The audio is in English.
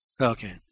Okay